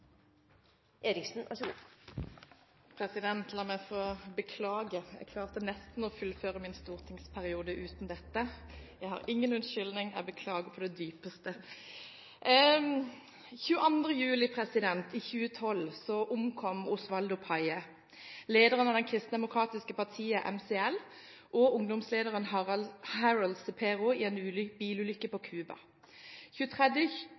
La meg få beklage. Jeg klarte nesten å fullføre min stortingsperiode uten dette. Jeg har ingen unnskyldning. Jeg beklager på det dypeste. «22. juli i 2012 omkom Oswaldo Payá, lederen av det kristendemokratiske partiet MCL, og ungdomslederen Harold Cepero i en bilulykke på